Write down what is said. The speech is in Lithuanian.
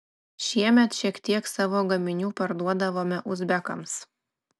šiemet šiek tiek savo gaminių parduodavome uzbekams